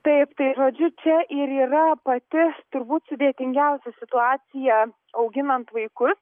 taip tai žodžiu čia ir yra pati turbūt sudėtingiausia situacija auginant vaikus